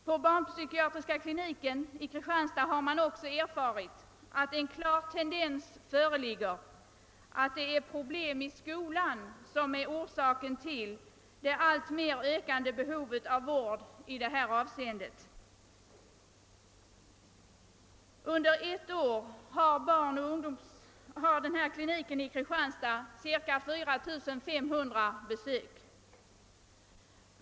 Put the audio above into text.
På barnpsykiatriska kliniken i Kristianstad har man också märkt en klar tendens som tyder på att det är problem i skolan som är orsaken till det alltmer ökande behovet av vård i detta avseende. Under ett år har kliniken i Kristianstad cirka 4500 besök.